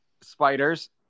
spiders